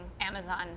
Amazon